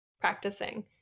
practicing